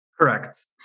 Correct